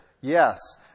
Yes